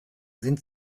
sind